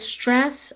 stress